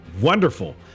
Wonderful